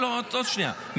לא, עוד שנייה.